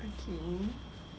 okay